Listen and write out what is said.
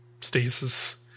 stasis